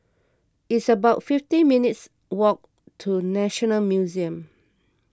it's about fifty minutes' walk to National Museum